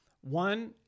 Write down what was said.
one